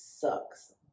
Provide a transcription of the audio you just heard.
sucks